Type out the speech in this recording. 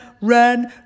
run